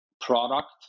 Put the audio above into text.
product